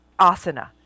asana